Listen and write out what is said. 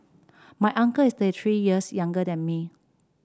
my uncle is years younger than me